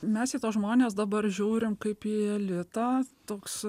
mes į tuos žmones dabar žiūrim kaip į elitą toks